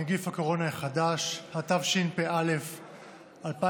נגיף הקורונה החדש), התשפ"א 2020,